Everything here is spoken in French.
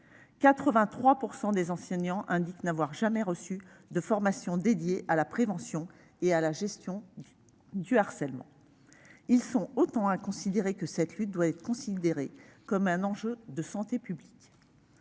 83 % des enseignants indiquent n'avoir jamais reçu de formation consacrée à la prévention et à la gestion du harcèlement. Ils sont tout aussi nombreux à estimer que cette lutte doit être considérée comme un enjeu de santé publique.